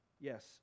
Yes